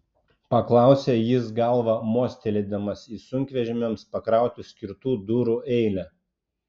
paklausė jis galva mostelėdamas į sunkvežimiams pakrauti skirtų durų eilę